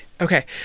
okay